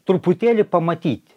truputėlį pamatyti